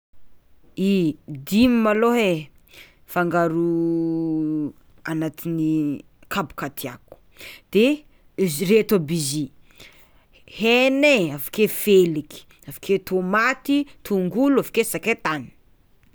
I dimy malôha e fangaro agnatin'ny kabaka tiàko de izy reto aby izy, hena e, avakeo feliky, avakeo tômaty, tongolo, avakeo sakaitany.